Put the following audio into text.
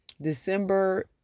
december